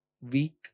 weak